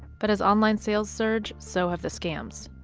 but as online sales surge, so have the scams.